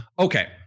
Okay